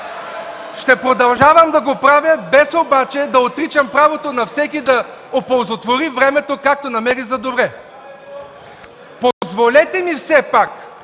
Ще продължавам да го правя, без обаче да отричам правото на всеки да оползотвори времето както намери за добре. Позволете ми все пак